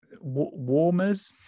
Warmers